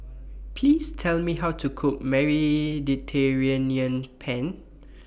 Please Tell Me How to Cook Mediterranean Penne